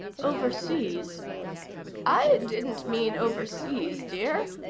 overseas i didn't mean overseas, dear,